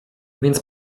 więc